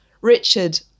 Richard